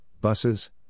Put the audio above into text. buses